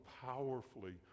powerfully